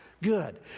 good